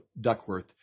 Duckworth